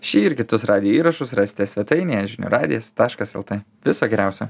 šį ir kitus radijo įrašus rasite svetainėje žinių radijas taškas lt viso geriausio